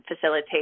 facilitate